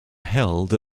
held